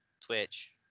Twitch